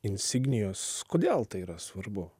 insignijos kodėl tai yra svarbu